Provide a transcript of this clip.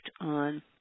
on